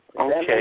Okay